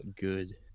good